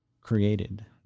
created